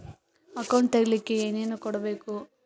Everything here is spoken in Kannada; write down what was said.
ಅಕೌಂಟ್ ತೆಗಿಲಿಕ್ಕೆ ಏನೇನು ಕೊಡಬೇಕು?